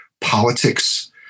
politics